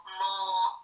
more